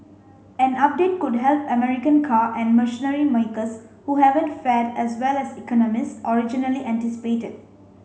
an update could help American car and machinery makers who haven't fared as well as economists originally anticipated